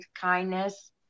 kindness